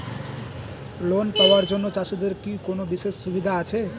Loan পাওয়ার জন্য চাষিদের কি কোনো বিশেষ সুবিধা আছে?